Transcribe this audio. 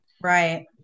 right